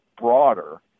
broader